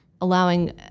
allowing